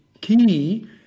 key